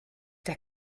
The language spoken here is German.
der